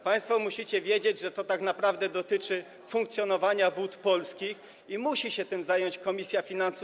Państwo musicie wiedzieć, że to tak naprawdę dotyczy funkcjonowania Wód Polskich i musi się tym zająć komisja finansów.